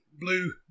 Blue